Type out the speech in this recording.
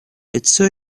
лицо